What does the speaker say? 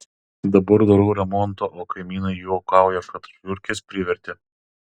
dabar darau remontą o kaimynai juokauja kad žiurkės privertė